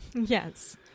Yes